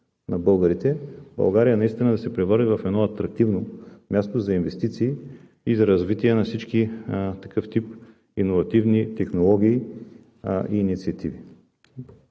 на българите България наистина да се превърне в атрактивно място за инвестиции и за развитие на всички такъв тип иновативни технологии и инициативи.